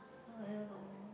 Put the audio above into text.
oh I don't know